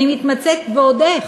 אני מתמצאת, ועוד איך,